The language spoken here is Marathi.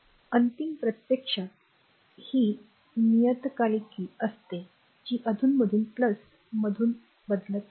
अंतिम प्रत्यक्षात ही नियतकालिक असते जी अधूनमधून मधून बदलत असते